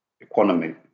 economy